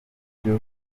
ibyo